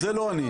זה לא אני,